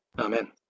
Amen